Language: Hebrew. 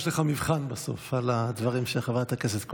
יש לך מבחן בסוף על הדברים של חברת הכנסת כהן.